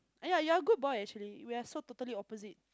ya ya you're good boy actually we are so totally opposite